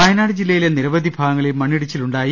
വയനാട് ജില്ലയിലെ നിരവധി ഭാഗങ്ങളിൽ മണ്ണിടിച്ചിൽ ഉണ്ടായി